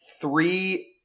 three